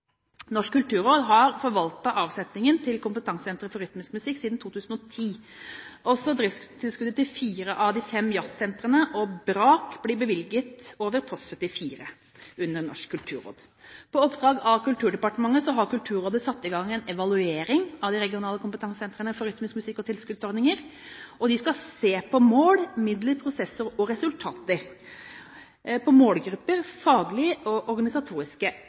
Norsk kulturråd har forvaltet avsetningen til kompetansesentre for rytmisk musikk siden 2010. Også driftstilskuddet til fire av de fem jazzsentrene og BRAK blir bevilget over post 74 under Norsk kulturråd. På oppdrag av Kulturdepartementet har Kulturrådet satt i gang en evaluering av de regionale kompetansesentrene for rytmisk musikk og tilskuddsordninger, og de skal se på mål, midler, prosesser og resultater. De skal se på målgrupper og faglige og organisatoriske